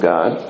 God